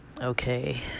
okay